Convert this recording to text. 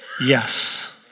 yes